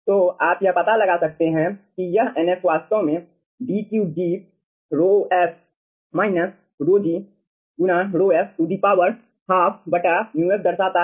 तो आप यह पता लगा सकते हैं कि यह Nf वास्तव में D3 g ρf ρg ρf ½ μf दर्शाता है